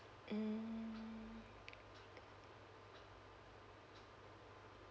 mm